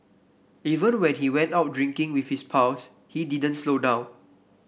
even when he went out drinking with his pals he didn't slow down